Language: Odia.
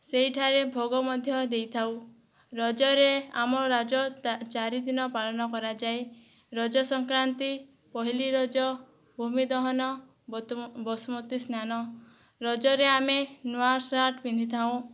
ସେହିଠାରେ ଭୋଗ ମଧ୍ୟ ଦେଇଥାଉ ରଜରେ ଆମ ରଜ ଚାରିଦିନ ପାଳନ କରାଯାଏ ରଜସଂକ୍ରାନ୍ତି ପହିଲିରଜ ଭୂମିଦହନ ବସୁମତୀ ସ୍ନାନ ରଜରେ ଆମେ ନୂଆ ସାର୍ଟ୍ ପିନ୍ଧିଥାଉଁ